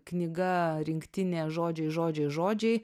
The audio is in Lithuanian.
knyga rinktinė žodžiai žodžiai žodžiai